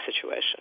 situation